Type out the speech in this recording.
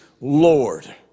Lord